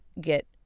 get